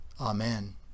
Amen